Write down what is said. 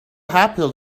happen